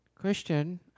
Question